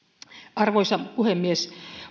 arvoisa puhemies